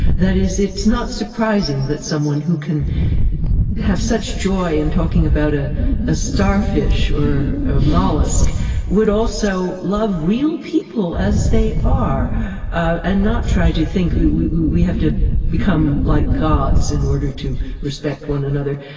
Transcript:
that is, it's not surprising that someone who can have such joy in talking about ah a starfish or a mollusc would also love real people as they are and not try to think that we we have to become like gods in order to respect one another.